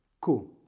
Cool